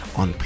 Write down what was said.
on